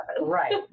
right